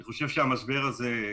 אני חושב שהמשבר הזה,